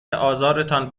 آزارتان